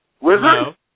Wizard